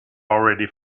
already